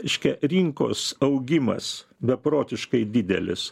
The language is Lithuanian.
reiškia rinkos augimas beprotiškai didelis